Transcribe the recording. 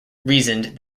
reasoned